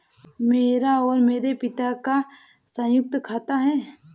मेरा और मेरे पति का संयुक्त खाता है